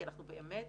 כי אנחנו באמת